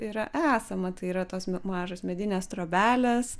yra esama tai yra tos mažos medinės trobelės